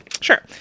Sure